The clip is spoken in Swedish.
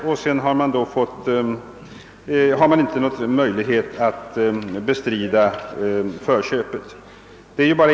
Om enmånadsfristen då är ute har han inte längre möjlighet att bestrida förköpet.